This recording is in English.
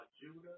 Judah